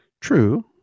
True